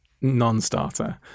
non-starter